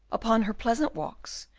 upon her pleasant walks,